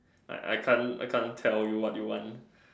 I I can't I can't tell you what you want